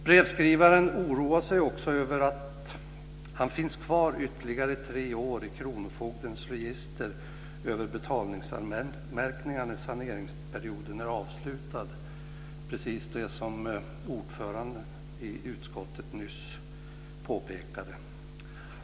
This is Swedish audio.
Brevskrivaren oroar sig också över att han finns kvar i ytterligare tre år i kronofogdens register över betalningsanmärkningar när saneringsperioden är avslutad, precis det som ordföranden i utskottet nyss påpekade.